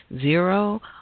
zero